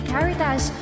Caritas